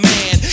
Man